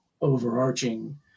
overarching